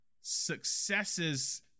successes